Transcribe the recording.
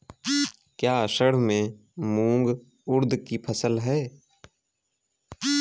क्या असड़ में मूंग उर्द कि फसल है?